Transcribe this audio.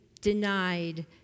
denied